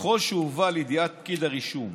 ככל שהובא לידיעת פקיד הרישום